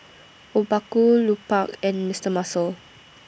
Obaku Lupark and Mister Muscle